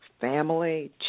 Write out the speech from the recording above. Family